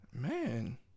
man